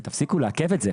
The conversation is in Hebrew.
תפסיקו לעכב את זה.